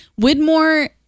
Widmore